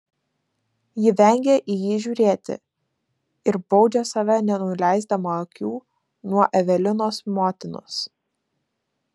ji vengia į jį žiūrėti ir baudžia save nenuleisdama akių nuo evelinos motinos